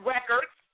Records